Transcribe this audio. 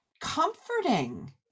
comforting